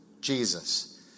Jesus